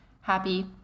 happy